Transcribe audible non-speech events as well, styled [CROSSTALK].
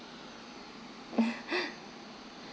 [LAUGHS]